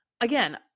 Again